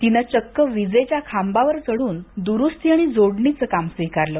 तिनं चक्क विजेच्या खांबावर चढून दुरुस्ती आणि जोडणीचं काम स्वीकारलं